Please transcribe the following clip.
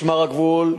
משמר הגבול,